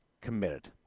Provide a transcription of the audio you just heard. committed